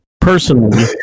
personally